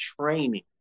training